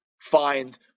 find